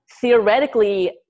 theoretically